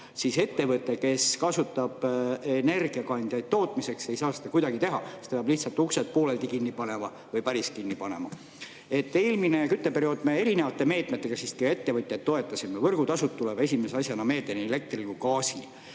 siis ettevõte, kes kasutab energiakandjaid tootmiseks, ei saa seda kuidagi teha. Siis ta peaks lihtsalt uksed pooleldi kinni panema või päris kinni panema. Eelmisel kütteperioodil me erinevate meetmetega siiski ettevõtjaid toetasime – võrgutasud tuleb esimese asjana meelde nii elektril kui gaasil.